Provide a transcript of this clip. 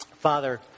Father